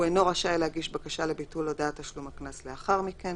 הוא אינו רשאי להגיש בקשה לביטול הודעת תשלום הקנס לאחר מכן.